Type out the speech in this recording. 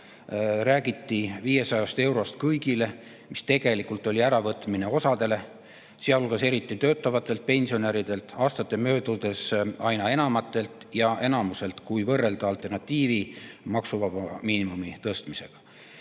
räägiti 500 eurost kõigile. Tegelikult osalt võeti ära, sealhulgas eriti töötavatelt pensionäridelt, aastate möödudes aina enamatelt ja enamuselt, kui võrrelda alternatiivi, maksuvaba miinimumi tõstmisega.